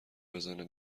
بزنه